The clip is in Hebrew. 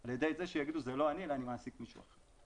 על ידי זה שיאמרו שזה לא אני אלא אני מעסיק מישהו אחר.